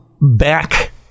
back